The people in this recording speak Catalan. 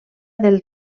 del